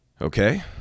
Okay